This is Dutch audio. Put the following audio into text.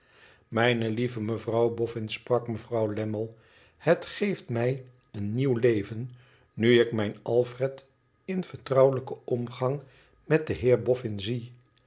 mijne lieve mevrouw boffin sprak mevrouw lammie t het geeft mij een nieuw leven nu ik mijn alfred in vertrouwelijken omgang met den heer boffin zie